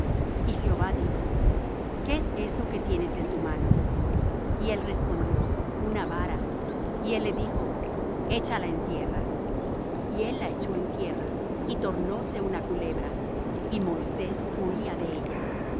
y jehová dijo qué es eso que tienes en tu mano y él respondió una vara y él le dijo échala en tierra y él la echó en tierra y tornóse una culebra y moisés huía de ella